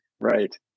Right